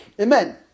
Amen